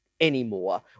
anymore